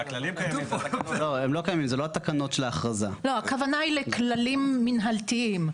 לא, הכוונה היא לכללים מנהלתיים.